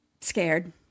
scared